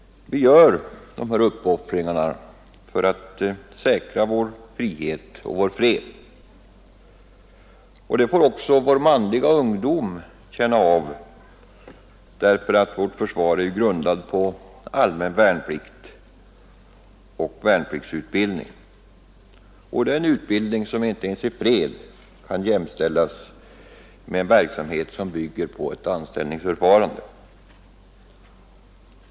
Vi gör dessa uppoffringar för att säkra vår frihet och vår fred. Det får också vår manliga ungdom känna av, eftersom vårt försvar är grundat på allmän värnplikt och värnpliktsutbildning. Det är en utbildning som inte ens i fred kan jämställas med en verksamhet som bygger på ett anställningsförfarande.